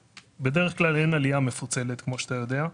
בדרך כלל אין עלייה מפוצלת כמו שאתה יודע,